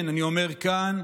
כן, אני אומר כאן,